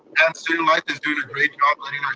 and student life is doing a great job letting